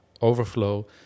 overflow